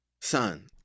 son